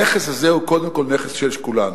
הנכס הזה הוא קודם כול נכס של כולנו,